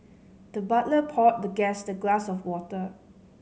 the butler poured the guest the glass of water